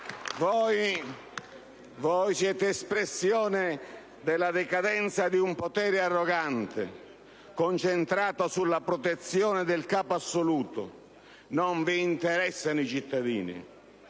Voi siete espressione della decadenza di un potere arrogante, concentrato sulla protezione del capo assoluto; non vi interessano i cittadini.